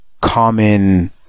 common